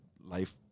life